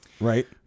Right